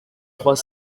trois